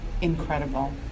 incredible